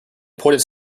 pointed